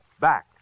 back